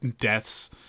deaths